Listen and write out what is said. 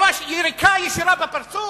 ממש יריקה ישירה בפרצוף?